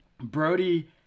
Brody